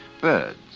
birds